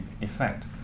effect